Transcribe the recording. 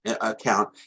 account